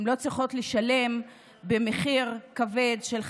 הן לא צריכות לשלם במחיר כבד של חייהן,